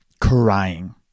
crying